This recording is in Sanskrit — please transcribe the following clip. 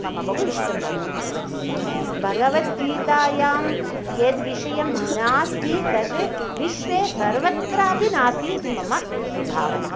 मम बहु इष्टं भगवद्गीता भगवद्गीतायां यद्विषयः नास्ति तद् विश्वे सर्वत्रापि नास्तीति मम भावना